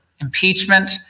Impeachment